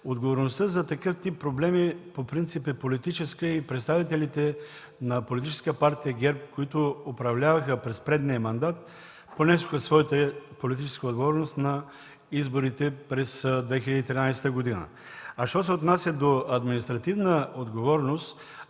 отговорността, то тя за такъв тип проблеми по принцип е политическа и представителите на Политическа партия ГЕРБ, които управляваха през предния мандат, понесоха своята политическа отговорност на изборите през 2013 г. Що се отнася до административната отговорност,